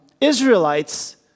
Israelites